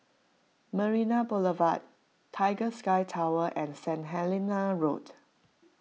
Marina Boulevard Tiger Sky Tower and Saint Helena Road